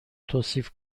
توصیف